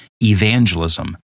evangelism